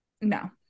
No